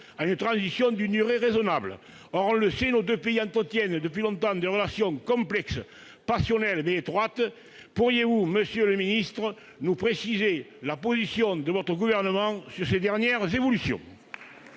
« une transition d'une durée raisonnable ». Or, on le sait, nos deux pays entretiennent depuis longtemps des relations complexes, passionnelles, mais étroites. Pourriez-vous, monsieur le Premier ministre, nous préciser la position de votre gouvernement après ces dernières évolutions ?